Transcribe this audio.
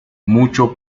mucho